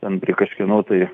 ten prie kažkieno tai